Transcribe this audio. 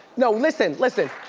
no, listen, listen.